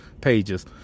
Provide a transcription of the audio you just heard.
pages